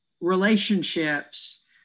relationships